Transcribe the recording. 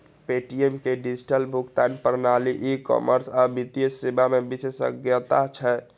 Paytm के digital भुगतान प्रणाली, ई कॉमर्स आ वित्तीय सेवा मे विशेषज्ञता छै